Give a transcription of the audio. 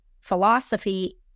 philosophy